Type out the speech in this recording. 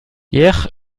hier